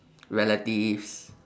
relatives